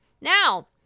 now